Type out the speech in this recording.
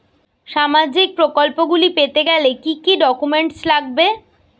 সামাজিক প্রকল্পগুলি পেতে গেলে কি কি ডকুমেন্টস লাগবে?